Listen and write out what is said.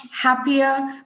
happier